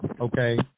Okay